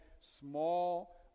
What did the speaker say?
small